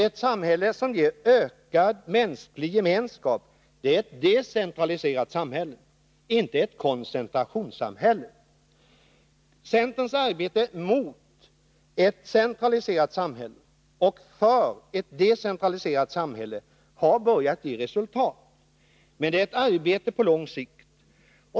Ett samhälle som ger ökad mänsklig gemenskap är ett decentraliserat samhälle — inte ett koncentrationssamhälle. Centerns arbete mot ett centraliserat samhälle och för ett decentraliserat samhälle har börjat ge resultat. Men det är ett arbete på lång sikt.